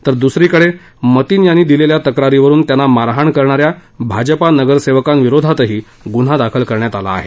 तर दुसरीकडे मतीन यांनी दिलेल्या तक्रारीवरुन त्यांना मारहाण करणाऱ्या भाजप नगरसेवकांविरोधातही गुन्हा दाखल करण्यात आला आहे